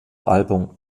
album